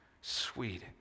sweet